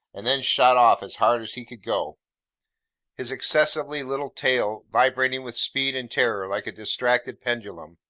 and then shot off as hard as he could go his excessively little tail vibrating with speed and terror like a distracted pendulum.